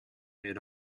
mid